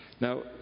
Now